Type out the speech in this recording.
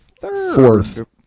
Fourth